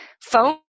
phone